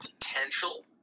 potential